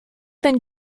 then